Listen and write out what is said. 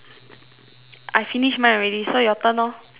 I finish mine already so your turn lor